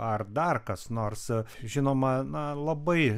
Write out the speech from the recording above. ar dar kas nors žinoma na labai